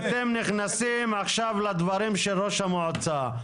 אתם נכנסים עכשיו לדברים של ראש המועצה.